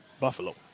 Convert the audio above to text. Buffalo